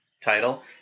title